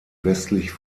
westlich